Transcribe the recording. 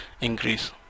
increase